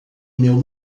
meu